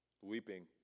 weeping